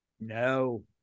no